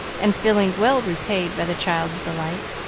and feeling well repaid by the child's delight.